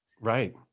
Right